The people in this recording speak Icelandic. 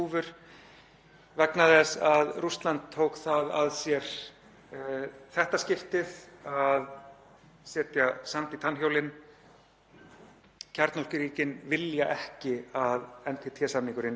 Kjarnorkuríkin vilja ekki að NPT-samningurinn þróist. Síðan var reyndar ákveðið gleðiefni í haust þegar